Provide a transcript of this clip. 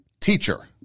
teacher